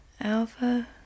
Alpha